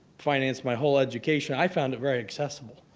financed my whole education. i found it very accessible.